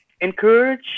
Encourage